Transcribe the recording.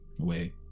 ...away